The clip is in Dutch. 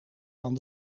van